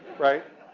right?